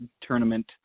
tournament